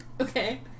Okay